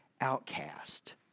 outcast